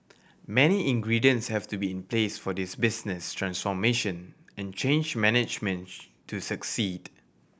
many ingredients have to be in place for this business transformation and change management to succeed